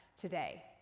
today